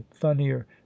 funnier